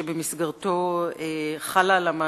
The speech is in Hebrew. שבמסגרתו חלה על המעסיקים,